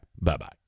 bye-bye